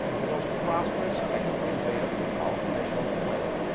for the most prosperous, technically advanced, and powerful nation on the planet,